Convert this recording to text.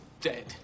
dead